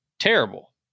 terrible